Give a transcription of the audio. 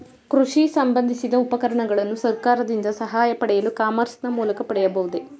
ಕೃಷಿ ಸಂಬಂದಿಸಿದ ಉಪಕರಣಗಳನ್ನು ಸರ್ಕಾರದಿಂದ ಸಹಾಯ ಪಡೆಯಲು ಇ ಕಾಮರ್ಸ್ ನ ಮೂಲಕ ಪಡೆಯಬಹುದೇ?